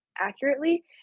accurately